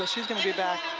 so she'll be back.